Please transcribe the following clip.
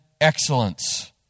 excellence